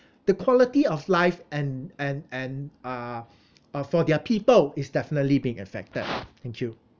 the quality of life and and and uh uh for their people is definitely being affected thank you